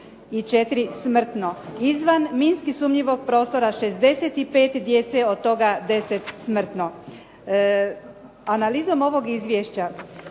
474 smrtno. Izvan minski sumnjivog prostora 65 djece, od toga 10 smrtno. Analizom ovog izvješća